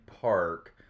park